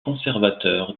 conservateur